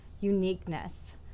uniqueness